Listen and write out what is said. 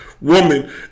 woman